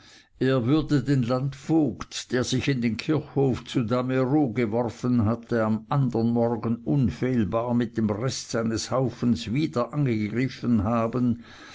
er würde den landvogt der sich in den kirchhof zu damerow geworfen hatte am andern morgen unfehlbar mit dem rest seines haufens wieder angegriffen haben